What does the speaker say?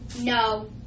No